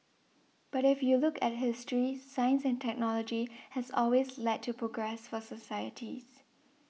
but if you look at history science and technology has always led to progress for societies